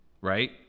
Right